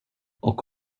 och